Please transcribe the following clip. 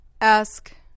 Ask